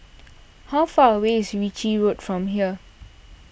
how far away is Ritchie Road from here